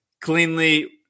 cleanly